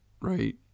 right